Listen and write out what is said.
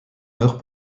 meurent